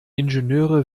ingenieure